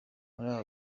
muri